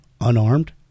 unarmed